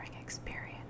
experience